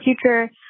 future